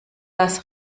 das